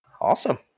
Awesome